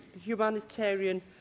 humanitarian